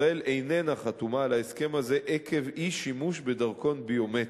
ישראל איננה חתומה על ההסכם הזה עקב אי-שימוש בדרכון ביומטרי.